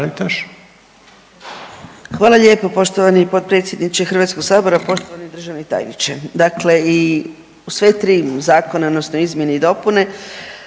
Hvala lijepo poštovani potpredsjedniče Hrvatskog sabora. Poštovani državni tajniče, dakle i u sve tri u zakone odnosno izmjene i dopune